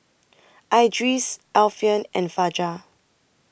Idris Alfian and Fajar